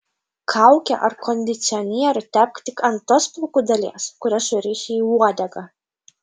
kaukę ar kondicionierių tepk tik ant tos plaukų dalies kurią suriši į uodegą